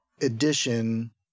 edition